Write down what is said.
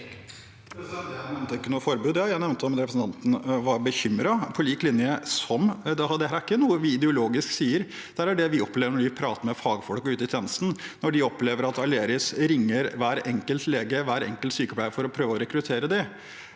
Jeg nevnte ikke noe forbud, jeg. Jeg spurte om representanten var bekymret på lik linje med meg. Det er ikke noe ideologisk vi sier. Dette er det vi opplever når vi prater med fagfolkene ute i tjenesten, når de opplever at Aleris ringer hver enkelt lege, hver enkelt sykepleier for å prøve å rekruttere dem.